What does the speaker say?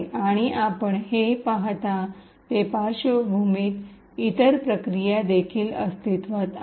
आणि आपण जे पाहता ते पार्श्वभूमीत इतर प्रक्रिया देखील अस्तित्वात आहेत